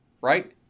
right